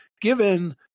given